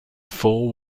four